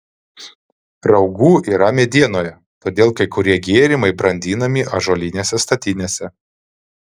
raugų yra medienoje todėl kai kurie gėrimai brandinami ąžuolinėse statinėse